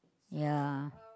ya